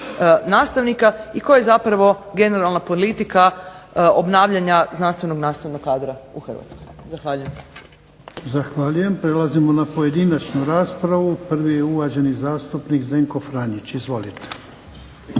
i koja je zapravo generalna politika obnavljanja znanstvenog nastavnog kadra u Hrvatskoj. Zahvaljujem. **Jarnjak, Ivan (HDZ)** Zahvaljujem. Prelazimo na pojedinačnu raspravu. Prvi je uvaženi zastupnik Zdenko Franić. Izvolite.